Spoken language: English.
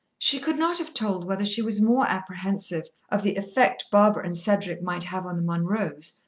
she could not have told whether she was more apprehensive of the effect barbara and cedric might have on the munroes,